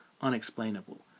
unexplainable